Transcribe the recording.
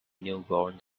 newborn